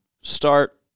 start